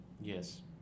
Yes